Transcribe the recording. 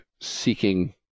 seeking